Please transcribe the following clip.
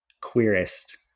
queerest